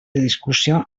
discussió